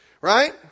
Right